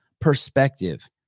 perspective